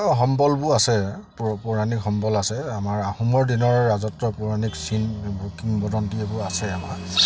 সম্বলবোৰ আছে এইবোৰ পৌৰাণিক সম্বল আছে আমাৰ আহোমৰ দিনৰ ৰাজত্ব পৌৰাণিক চিন কিংবদন্তি এইবোৰ আছে আমাৰ